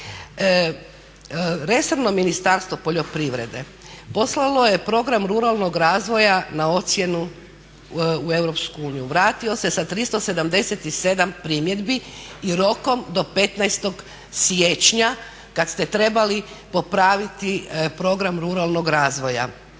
resorno Ministarstvo poljoprivrede poslalo je program ruralnog razvoja na ocjenu u EU. Vratio se sa 377 primjedbi i rokom do 15. siječnja kad ste trebali popraviti program ruralnog razvoja.